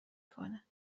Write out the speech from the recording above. کنه